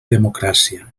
democràcia